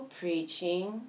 preaching